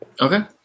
Okay